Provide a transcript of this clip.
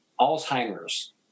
Alzheimer's